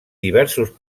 diversos